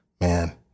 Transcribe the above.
man